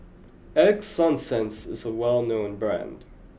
Ego Sunsense is a well known brand